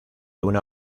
una